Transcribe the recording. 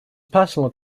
personal